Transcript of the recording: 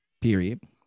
Period